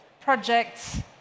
projects